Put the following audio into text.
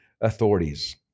authorities